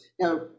Now